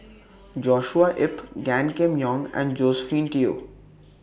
Joshua Ip Gan Kim Yong and Josephine Teo